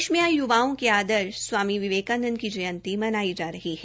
देश में आज यूवाओं के आदर्श स्वामी विवेकानंद की जयंती मनाई जा रही है